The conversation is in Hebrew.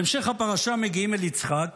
בהמשך הפרשה מגיעים אל יצחק